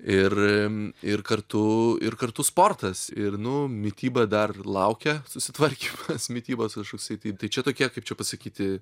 ir ir kartu ir kartu sportas ir nu mityba dar laukia susitvarky mitybos kažkoksai tai tai čia tokie kaip čia pasakyti